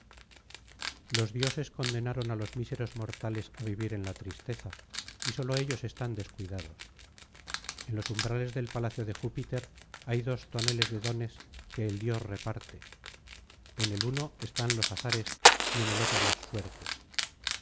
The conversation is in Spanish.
los dioses condenaron á los míseros mortales á vivir en la tristeza y sólo ellos están descuitados en los umbrales del palacio de júpiter hay dos toneles de dones que el dios reparte en el uno están los azares y en el otro las suertes